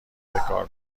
بکار